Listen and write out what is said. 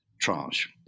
tranche